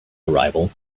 arrival